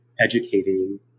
educating